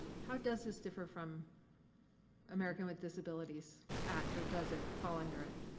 how does this differ from american with disabilities act or does it fall under it?